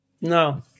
No